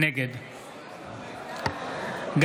יולי יואל אדלשטיין,